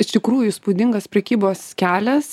iš tikrųjų įspūdingas prekybos kelias